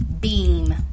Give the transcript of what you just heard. Beam